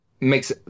makes